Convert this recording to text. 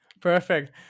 Perfect